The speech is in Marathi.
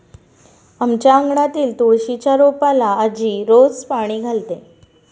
आमच्या अंगणातील तुळशीच्या रोपाला आजी रोज पाणी घालते